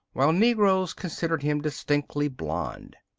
while negroes considered him distinctly blonde.